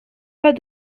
pas